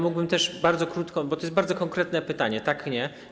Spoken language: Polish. Mógłbym też bardzo krótko, bo to jest bardzo konkretne pytanie: tak, nie.